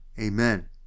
Amen